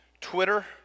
Twitter